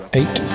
eight